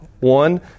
One